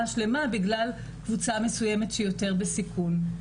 שלמה בגלל קבוצה מסוימת שהיא יותר בסיכון.